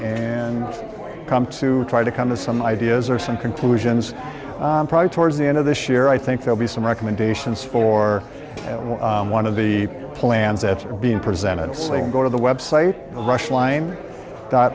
and come to try to come to some ideas or some conclusions probably towards the end of this year i think there'll be some recommendations for one of the plans that are being presented so they can go to the website rush line dot